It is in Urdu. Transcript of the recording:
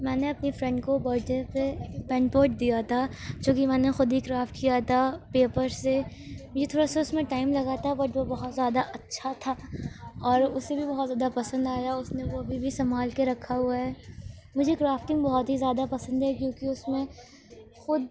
میں نے اپنی فرینڈ کو برتھ ڈے پہ پین پوڈ دیا تھا جو کہ میں نے خود ہی کرافٹ کیا تھا پیپر سے یہ تھوڑا سا اس میں ٹائم لگا تھا بٹ وہ بہت زیادہ اچھا تھا اور اسے بھی بہت زیادہ پسند آیا اس نے وہ ابھی بھی سنبھال کے رکھا ہوا ہے مجھے کرافٹنگ بہت ہی زیادہ پسند ہے کیونکہ اس میں خود